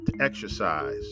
exercise